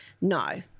No